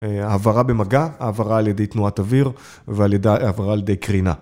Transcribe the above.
והעברה במגע, העברה על ידי תנועת אוויר והעברה על ידי קרינה.